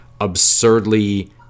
absurdly